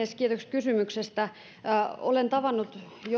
kysymyksestä olen tavannut jo